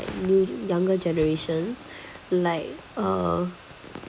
new younger generation like uh